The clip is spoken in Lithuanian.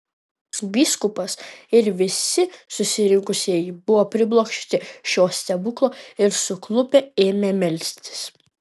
vyskupas ir visi susirinkusieji buvo priblokšti šio stebuklo ir suklupę ėmė melstis